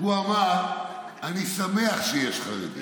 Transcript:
הוא אמר: אני שמח שיש חרדים,